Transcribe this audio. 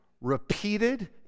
repeated